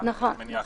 המניעה.